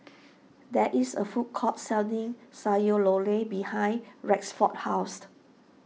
there is a food court selling Sayur Lodeh behind Rexford's house